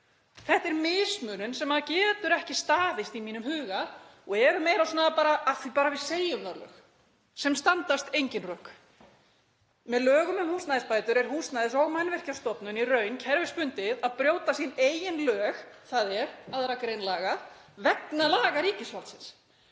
Þetta er mismunun sem getur ekki staðist í mínum huga og eru meira svona „bara af því við segjum það“-lög, sem standast engin rök. Með lögum um húsnæðisbætur er Húsnæðis- og mannvirkjastofnun í raun kerfisbundið að brjóta sín eigin lög, þ.e. 2. gr. laga, vegna laga ríkisvaldsins.